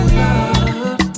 love